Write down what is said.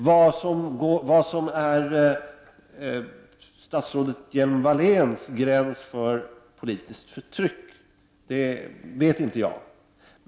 Vad som är statsrådet Hjelm-Walléns gräns för politiskt förtryck vet jag inte.